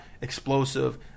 explosive